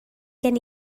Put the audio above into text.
gen